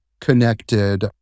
connected